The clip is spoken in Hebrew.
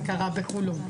זה קרה בחולון,